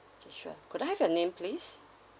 sure could I have your name please